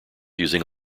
using